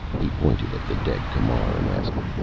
he pointed at the dead camar and asked,